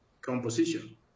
composition